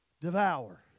devour